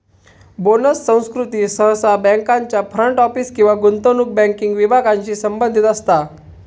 bonus संस्कृती सहसा बँकांच्या फ्रंट ऑफिस किंवा गुंतवणूक बँकिंग विभागांशी संबंधित असता